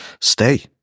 Stay